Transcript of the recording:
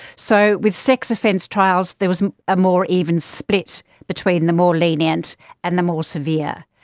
so with sex offence trials there was a more even split between the more lenient and the more severe.